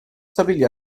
stabilì